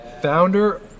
founder